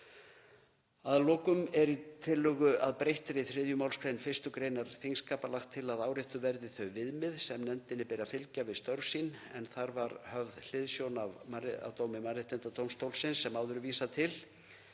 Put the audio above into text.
Að lokum er í tillögu að breyttri 3. mgr. 1. gr. þingskapa lagt til að áréttuð verði þau viðmið sem nefndinni beri að fylgja við störf sín en þar var höfð hliðsjón af dómi Mannréttindadómstólsins sem áður er vísað til.